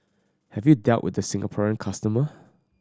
have you dealt with the Singaporean customer